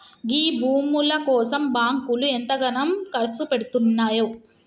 గీ భూముల కోసం బాంకులు ఎంతగనం కర్సుపెడ్తున్నయో